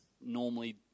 normally